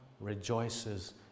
rejoices